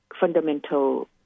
fundamental